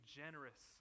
generous